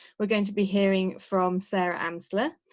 we're going to be hearing from sarah amsler,